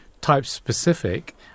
type-specific